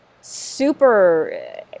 super